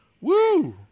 Woo